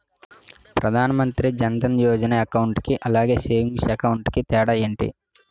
Pradhan Mantri Jan Dhan Yojana account కి అలాగే savings account కి తేడా ఏంటి?